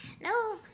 No